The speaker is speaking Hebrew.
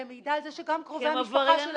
אלא מעידה על זה שגם קרובי המשפחה שלהם הם מבקשי מקלט.